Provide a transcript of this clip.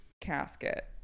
casket